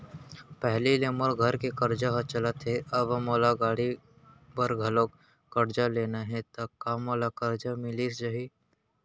पहिली ले मोर घर के करजा ह चलत हे, अब मोला गाड़ी बर घलव करजा लेना हे ता का मोला करजा मिलिस जाही?